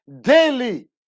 daily